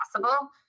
possible